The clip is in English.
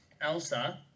Elsa